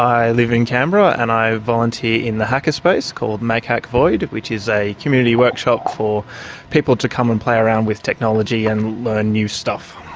i live in canberra, and i volunteer in the hackerspace called make hack void, which is a community workshop for people to come and play around with technology and learn new stuff.